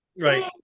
Right